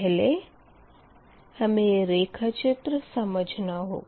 पहले हमें रेखाचित्र समझना होगा